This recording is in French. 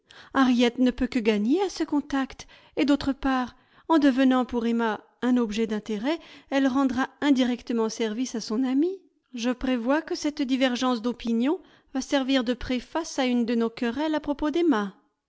harriet ne peut que gagner à ce contact et d'autre part en devenant pour emma un objet d'intérêt elle rendra indirectement service à son amie je prévois que cette divergence d'opinions va servir de préface à une de nos querelles à propos d'emma